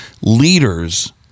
leaders